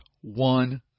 one